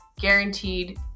guaranteed